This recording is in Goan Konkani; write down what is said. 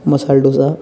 मसाला डोसा